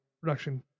production